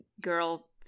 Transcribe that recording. girl